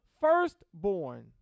firstborn